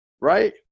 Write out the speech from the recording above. right